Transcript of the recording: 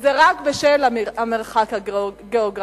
וזה רק בשל המרחק הגיאוגרפי.